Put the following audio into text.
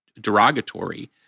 derogatory